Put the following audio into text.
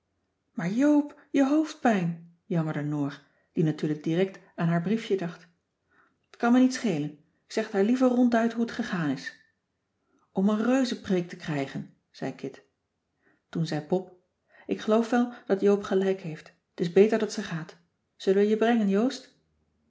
maar joop je hoofdpijn jammerde noor die natuurlijk direct aan haar briefje dacht t kan me niet schelen ik zeg t haar liever ronduit hoe t gegaan is om een reuzenpreek te krijgen zei kit toen zei pop ik geloof wel dat joop gelijk heeft t is beter dat ze gaat zullen we je brengen joost